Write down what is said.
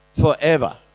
forever